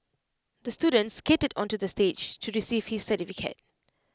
the student skated onto the stage to receive his certificate